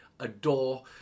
adore